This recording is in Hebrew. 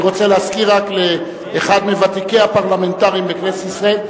אני רוצה רק להזכיר לאחד מוותיקי הפרלמנטרים בכנסת ישראל,